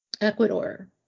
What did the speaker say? Ecuador